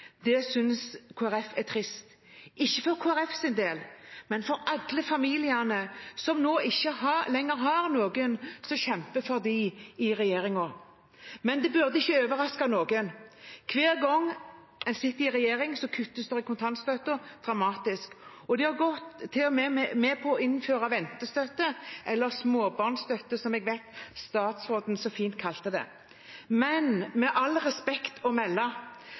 Det synes Kristelig Folkeparti er trist – ikke for Kristelig Folkeparti sin del, men for alle familiene som nå ikke lenger har noen som kjemper for dem i regjeringen. Det burde ikke overraske noen. Hver gang de sitter i regjering, kuttes det dramatisk i kontantstøtten, og de har til og med gått med på å innføre ventestøtte – eller småbarnsstøtte, som jeg vet statsråden så fint kalte det. Med all respekt å melde